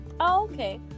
okay